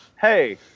hey